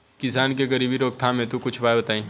किसान के गरीबी रोकथाम हेतु कुछ उपाय बताई?